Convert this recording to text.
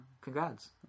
congrats